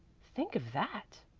think of that!